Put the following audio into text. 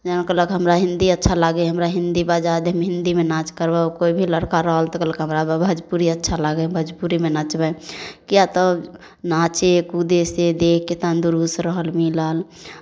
जेना कहलक हमरा हिंदी अच्छा लागै हइ हमरा हिंदी बजा दे हम हिंदीमे नाच करबै कोइ भी लड़का रहल तऽ कहलक हमरा भोजपुरी अच्छा लागै हइ हम भोजपुरीमे नाचबै किएक तऽ नाचय कूदयसँ देहके तन्दरुस्त रहल मिलल